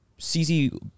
CZ